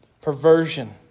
perversion